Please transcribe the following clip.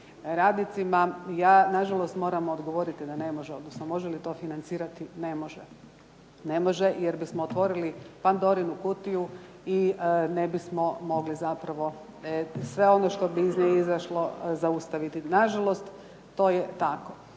radnicima. Ja nažalost moram odgovoriti da ne može odnosno može li to financirati, ne može. Ne može jer bismo otvorili Pandorinu kutiju i ne bismo mogli zapravo sve ono što bi iz nje izašlo zaustaviti. Nažalost, to je tako.